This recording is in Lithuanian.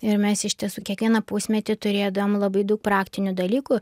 ir mes iš tiesų kiekvieną pusmetį turėdavom labai daug praktinių dalykų